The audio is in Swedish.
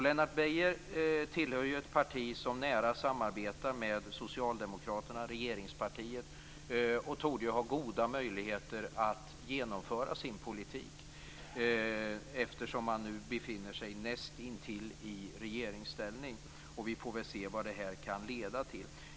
Lennart Beijer tillhör ju ett parti som nära samarbetar med socialdemokraterna, regeringspartiet, och torde ha goda möjligheter att genomföra sin politik, eftersom man befinner sig nästintill i regeringsställning. Vi får väl se vad det kan leda till.